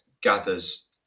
gathers